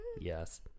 Yes